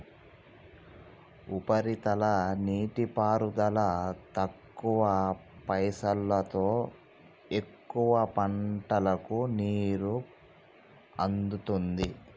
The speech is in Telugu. ఉపరితల నీటిపారుదల తక్కువ పైసలోతో ఎక్కువ పంటలకు నీరు అందుతుంది